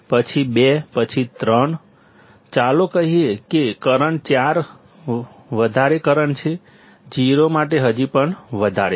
પછી 2 પછી 3 પછી ચાલો કહીએ કે કરંટ 4 વધારે કરંટ છે 0 માટે હજી પણ વધારે છે